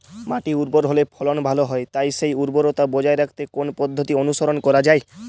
মাটি উর্বর হলে ফলন ভালো হয় তাই সেই উর্বরতা বজায় রাখতে কোন পদ্ধতি অনুসরণ করা যায়?